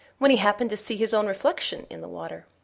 when he happened to see his own reflection in the water.